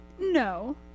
no